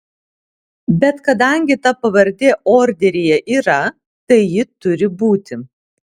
bet kadangi ta pavardė orderyje yra tai ji turi būti